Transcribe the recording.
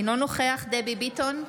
אינו נוכח דבי ביטון,